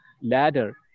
ladder